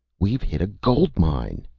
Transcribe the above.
we've hit a gold mine,